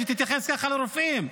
תתייחס ככה לרופאים,